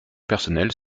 personnelles